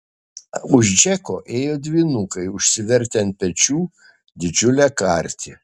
už džeko ėjo dvynukai užsivertę ant pečių didžiulę kartį